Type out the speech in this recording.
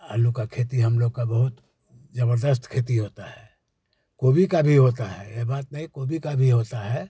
आलू का खेती हम लोग का बहुत ज़बरदस्त खेती होता है गोभी का भी होता है ये बात नहीं गोभी का भी होता है